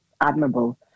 admirable